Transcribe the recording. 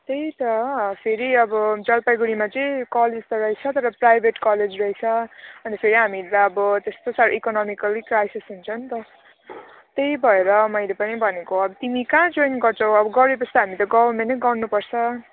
त्यही त फेरि अब जलपाइगढीमा चाहिँ कलेज त रहेछ तर प्राइभेट कलेज रहेछ अनि फेरि हामी त अब त्यस्तो साह्रो इकोनोमिकली क्राइसिस हुन्छ नि त त्यही भएर मैले पनि भनेको तिमी कहाँ जोइन गर्छौ अब गरेपछि हामी त गभर्मेन्टै गर्नुपर्छ